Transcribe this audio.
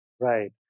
Right